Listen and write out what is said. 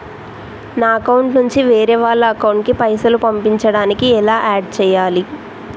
నా అకౌంట్ నుంచి వేరే వాళ్ల అకౌంట్ కి పైసలు పంపించడానికి ఎలా ఆడ్ చేయాలి?